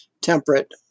temperate